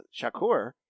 shakur